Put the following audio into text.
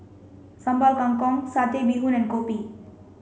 Sambal Kangkong satay bee Hoon and Kopi